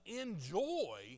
enjoy